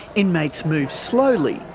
inmates move slowly.